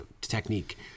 technique